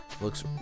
looks